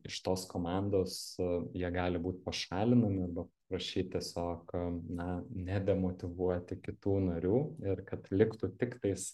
iš tos komandos jie gali būt pašalinami arba prašyt tiesiog na nebemotyvuoti kitų narių ir kad liktų tiktais